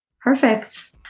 Perfect